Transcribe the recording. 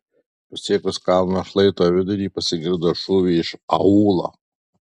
pasiekus kalno šlaito vidurį pasigirdo šūviai iš aūlo